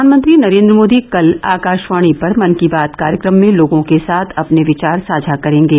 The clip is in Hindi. प्रधानमंत्री नरेंद्र मोदी कल आकाशवाणी पर मन की बात कार्यक्रम में लोगों के साथ अपने विचार साझा करेंगे